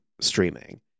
streaming